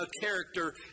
character